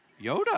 Yoda